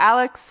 Alex